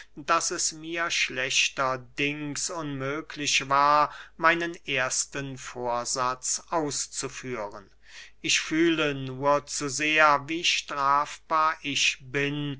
daß es mir schlechterdings unmöglich war meinen ersten vorsatz auszuführen ich fühle nur zu sehr wie strafbar ich bin